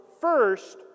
first